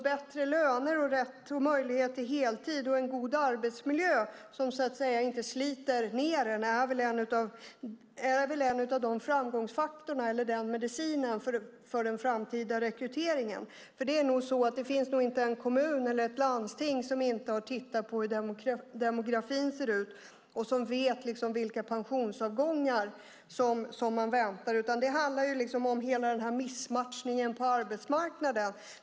Bättre löner och möjlighet till heltid och en god arbetsmiljö som inte sliter ned människor är väl en av framgångsfaktorerna eller medicinen för den framtida rekryteringen. Det finns nog inte en kommun eller ett landsting som inte har tittat på hur demografin ser ut. De vet vilka pensionsavgångar som väntar. Det handlar om hela den här missmatchningen på arbetsmarknaden.